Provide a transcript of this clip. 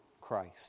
Christ